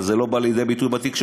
אבל זה לא בא לידי ביטוי בתקשורת,